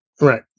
Right